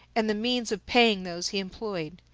and the means of paying those he employed.